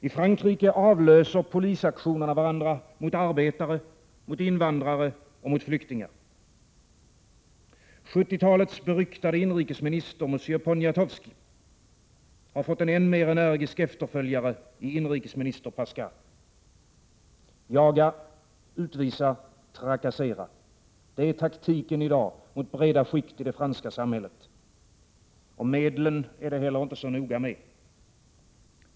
I Frankrike avlöser polisaktionerna varandra mot arbetare, invandrare och flyktingar. 1970-talets beryktade inrikesminister M. Poniatowski har fått en än mer energisk efterföljare i inrikesminister Pasqua. Jaga, utvisa, trakassera — det är taktiken i dag mot breda skikt i det franska samhället. Och medlen är det heller inte så noga med.